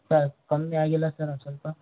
ಹಾಂ ಕಮ್ಮಿ ಆಗಿಲ್ಲ ಸರ್ ಒಂದು ಸ್ವಲ್ಪ